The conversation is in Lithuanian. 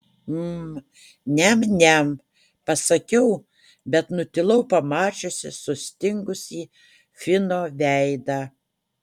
mm niam niam pasakiau bet nutilau pamačiusi sustingusį fino veidą